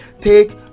Take